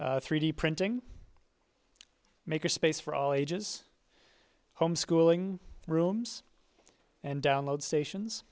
three d printing make a space for all ages homeschooling rooms and download stations